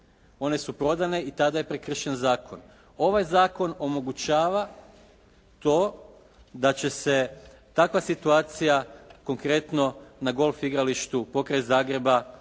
One su prodane i tada je prekršen zakon. Ovaj zakon omogućava to da će se takva situacija konkretno na golf igralištu, pokraj Zagreba legalizirati.